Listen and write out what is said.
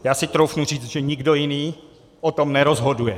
Já si troufnu říct, že nikdo jiný o tom nerozhoduje.